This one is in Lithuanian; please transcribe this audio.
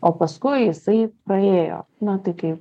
o paskui jisai praėjo nu tai kai